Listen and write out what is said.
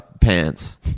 pants